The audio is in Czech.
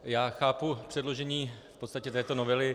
Já chápu předložení v podstatě této novely.